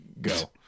go